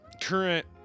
current